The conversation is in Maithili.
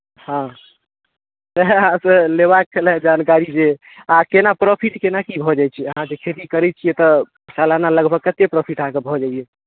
हँ सएह अहाँसँ लेबाक छले जानकारी जे केना आओर प्रॉफिट केना की प्रॉफिट भऽ जाइत छै अहाँ जे खेती करैत छियै तऽ सालाना लगभग कतेक प्रॉफिट अहाँकेँ भऽ जाइए